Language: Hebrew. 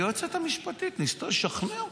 היועצת המשפטית ניסתה לשכנע.